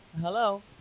hello